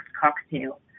cocktail